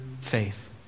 faith